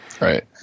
Right